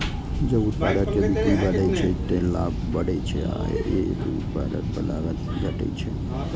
जब उत्पाद के बिक्री बढ़ै छै, ते लाभ बढ़ै छै आ एक उत्पाद पर लागत घटै छै